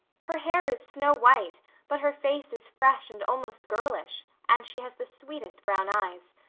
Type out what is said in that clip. her hair is snow-white but her face is fresh and almost girlish, and she has the sweetest brown eyes.